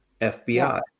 FBI